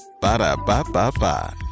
Ba-da-ba-ba-ba